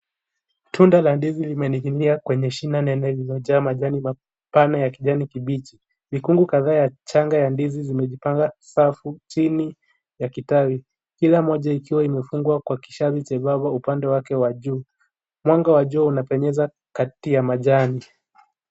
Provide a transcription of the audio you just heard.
Tunda la ndizi limeninginia kwenye shina nene lililojaa majani mapana ya kijani libichi, mikungu kadhaa ya changa za ndizi zimejipanga safu chini ya kitawi, kila moja ikiwa imefungwa kwa kishavi chembaba upande wake wa juu, mwanga a jua unapenyeza, kati ya majani.